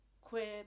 quit